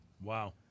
Wow